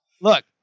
Look